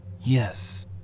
Yes